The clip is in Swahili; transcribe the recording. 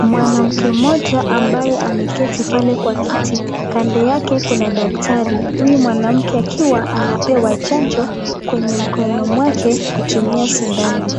Mwanamke moja ambaye ameketi pale kwa kiti kando yake kuna daktari huyu mwanamke akiwa anapewa chanjo kwenye mkono mwake kutumia sindano ,